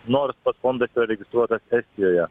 nors pats fondas registruotas estijoje